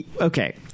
okay